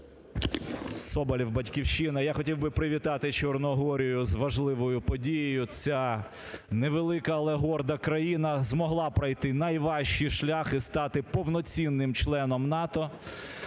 Соболєв, "Батьківщина". Я хотів би привітати Чорногорію з важливою подією. Ця невелика, але горда країна змогла пройти найважчий шлях і стати повноцінним членом НАТО